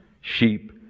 sheep